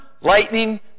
lightning